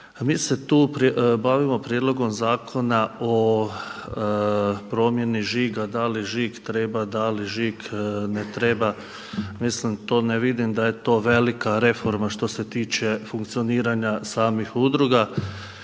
mi se tu bavimo Prijedlogom zakona o promjeni žiga, da li žig treba, da li žig ne treba. Mislim to ne vidim da je to velika reforma, što se tiče funkcioniranja samih udruga